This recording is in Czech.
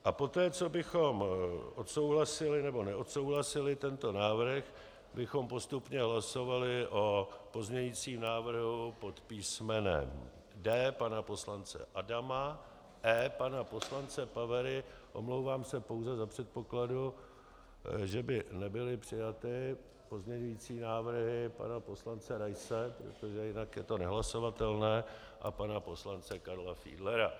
A poté co bychom odsouhlasili nebo neodsouhlasili tento návrh, bychom postupně hlasovali o pozměňovacím návrhu pod písmenem D pana poslance Adama, E pana poslance Pavery omlouvám se, pouze za předpokladu, že by nebyly přijaty pozměňovací návrhy pana poslance Raise, protože jinak je to nehlasovatelné a pana poslance Karla Fiedlera.